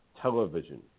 television